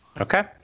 Okay